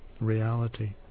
reality